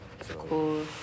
cool